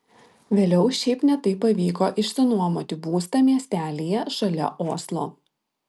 vėliau šiaip ne taip pavyko išsinuomoti būstą miestelyje šalia oslo